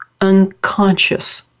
unconscious